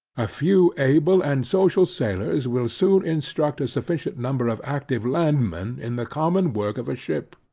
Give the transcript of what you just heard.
a few able and social sailors will soon instruct a sufficient number of active landmen in the common work of a ship.